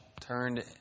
turned